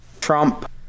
Trump